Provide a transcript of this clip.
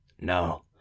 No